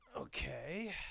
Okay